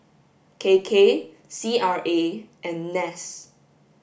K K C R A and NAS